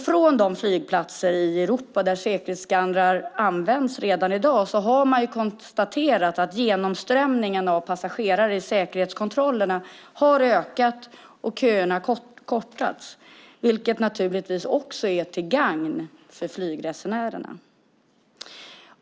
Från de flygplatser i Europa där säkerhetsskannrar används redan i dag har man konstaterat att genomströmningen av passagerare i säkerhetskontrollerna har ökat och köerna kortats, vilket naturligtvis också är till gagn för flygresenärerna.